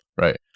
right